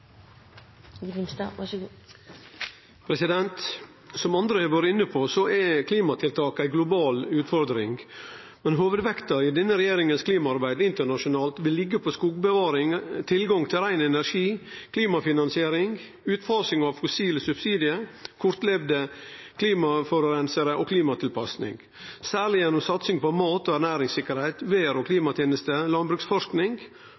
ei global utfordring, men hovudvekta i denne regjeringa sitt klimaarbeid internasjonalt vil liggje på skogbevaring, tilgang til rein energi, klimafinansiering, utfasing av fossile subsidiar, kortliva klimaforureinarar og klimatilpassing, særleg gjennom satsinga på mat- og ernæringssikkerheit, vêr- og